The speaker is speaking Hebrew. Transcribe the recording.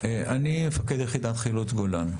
אני הייתי עד לא מזמן מפקד יחידת חילוץ גולן,